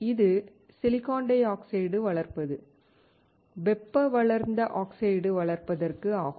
இது silicon dioxide வளர்ப்பது வெப்ப வளர்ந்த ஆக்சைடு வளர்ப்பதற்கு ஆகும்